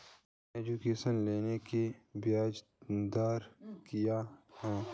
Education loan की ब्याज दर क्या है?